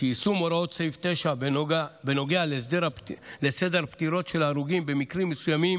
שיישום הוראות סעיף 9 בנוגע לסדר הפטירות של ההרוגים במקרים מסוימים